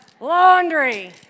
Laundry